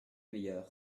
meilleur